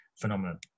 phenomenon